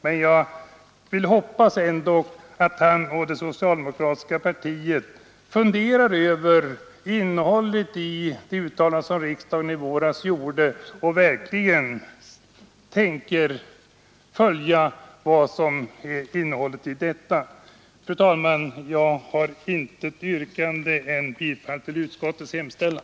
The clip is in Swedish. Men jag hoppas ändå, att han och det socialdemokratiska partiet funderar över innehållet i det uttalande som riksdagen i våras gjorde och verkligen avser att följa detta. Fru talman! Jag har inget annat yrkande än om bifall till utskottets hemställan.